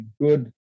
good